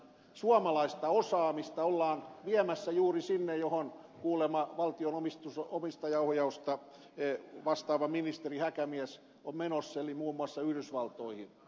suomalaista osaamista ollaan viemässä juuri sinne minne kuulemma valtion omistajaohjauksesta vastaava ministeri häkämies on menossa eli muun muassa yhdysvaltoihin